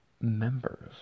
Members